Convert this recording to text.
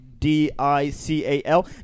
D-I-C-A-L